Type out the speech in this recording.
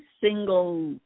single